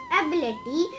ability